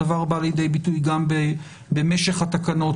הדבר בא לידי ביטוי גם במשך התקנות,